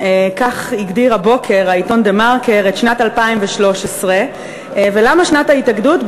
כך הגדיר הבוקר העיתון "דה-מרקר" את שנת 2013. למה שנת ההתאגדות?